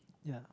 ya